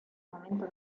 momento